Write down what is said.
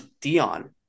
Dion